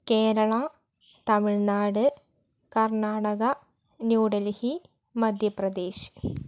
Keralam Tamil Nadu Karnataka new Delhi Madhya Pradesh